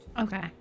okay